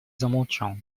замолчал